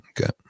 Okay